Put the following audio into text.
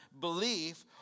belief